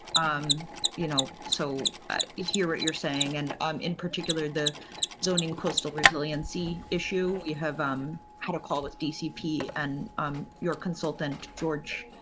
um you know so hear what you're saying. and um in particular, the zoning postal resiliency issue, we have um had a call with dcp and your consultant, george,